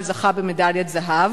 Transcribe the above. שזכה במדליית זהב,